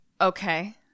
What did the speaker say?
okay